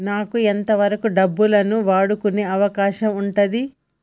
నాకు ఎంత వరకు డబ్బులను వాడుకునే అవకాశం ఉంటది?